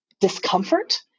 discomfort